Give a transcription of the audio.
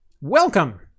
Welcome